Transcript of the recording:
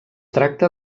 tracta